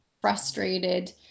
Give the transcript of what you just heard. frustrated